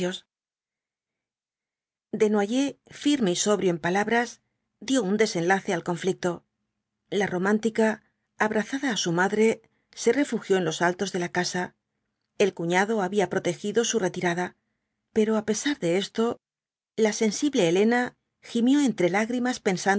desnoyers firme y sobrio en palabras dio un desenlace al conflicto la romántica abrazada á su madre se refugió en los altos de la casa el cuñado había protegido su retirada pero á pesar de esto la sensible elena gimió entre lágrimas